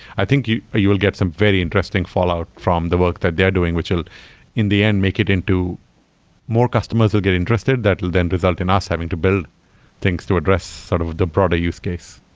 i think you you will get some very interesting fallout from the work that they're doing, which in the end make it into more customers will get interested. that will then result in us having to build things to address sort of the broader use case.